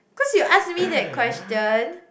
cause you ask me that question